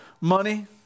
money